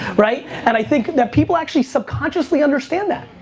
right? and i think that people actually subconsieously understand that.